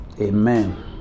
amen